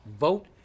vote